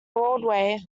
broadway